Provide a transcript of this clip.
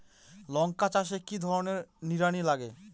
লঙ্কা চাষে কি ধরনের নিড়ানি লাগে?